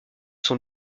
sont